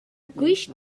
quist